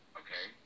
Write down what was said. okay